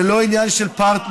זה לא עניין של פרטנר,